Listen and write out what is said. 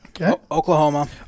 Oklahoma